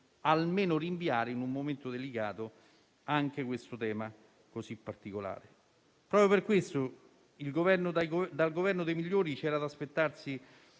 almeno per rinviare, in un momento delicato, questa misura così particolare. Proprio per questo dal Governo dei migliori c'era da aspettarsi